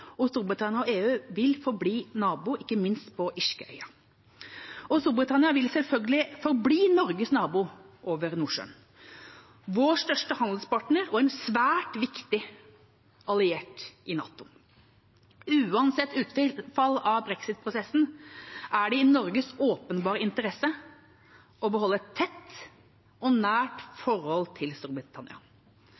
og Storbritannia og EU vil forbli naboer, ikke minst på den irske øya. Storbritannia vil selvfølgelig forbli Norges nabo over Nordsjøen, vår største handelspartner og en svært viktig alliert i NATO. Uansett utfall av brexitprosessen er det i Norges åpenbare interesse å beholde et tett og nært